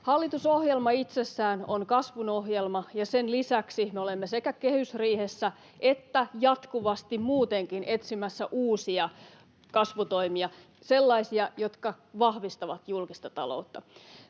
Hallitusohjelma itsessään on kasvun ohjelma, ja sen lisäksi me olemme sekä kehysriihessä että jatkuvasti muutenkin etsimässä uusia kasvutoimia, sellaisia, jotka vahvistavat julkista taloutta.